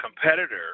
competitor